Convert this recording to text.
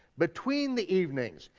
between the evenings,